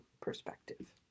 perspective